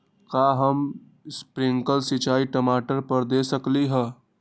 का हम स्प्रिंकल सिंचाई टमाटर पर दे सकली ह?